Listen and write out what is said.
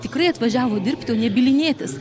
tikrai atvažiavo dirbti o ne bylinėtis